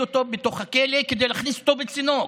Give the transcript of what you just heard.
אותו בתוך הכלא כדי להכניס אותו לצינוק.